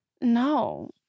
No